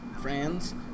friends